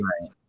Right